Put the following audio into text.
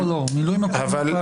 לא, לא, מילוי מקום מבחינת --,